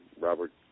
Robert